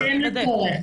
בהתאם לצורך.